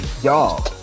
Y'all